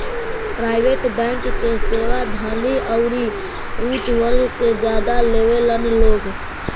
private bank के सेवा धनी अउरी ऊच वर्ग के ज्यादा लेवेलन लोग